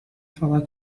falar